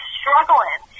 struggling